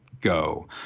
go